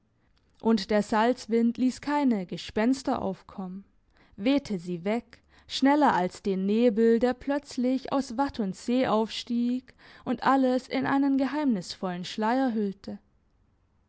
und der salzwind liess keine gespenster aufkommen wehte sie weg schneller als den nebel der plötzlich aus watt und see aufstieg und alles in einen geheimnisvollen schleier hüllte